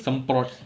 semprot